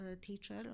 teacher